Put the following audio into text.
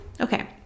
okay